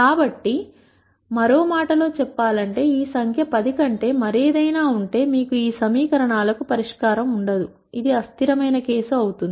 కాబట్టి మరో మాటలో చెప్పాలంటే ఈ సంఖ్య 10 కంటే మరేదైనా ఉంటే మీకు ఈ సమీకరణాలకు పరిష్కారం ఉండదు ఇది అస్థిరమైన కేసు అవుతుంది